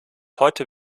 heute